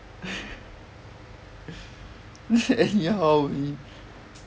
ya hor we